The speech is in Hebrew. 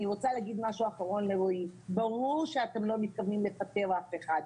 אני רוצה להגיד משהו אחרון לרועי: ברור שאתם לא מתכוונים לפטר אף אחד,